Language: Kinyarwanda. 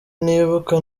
nibuka